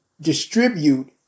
distribute